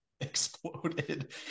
exploded